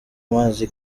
mazi